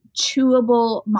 chewable